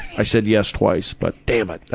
i said yes twice but, damn it!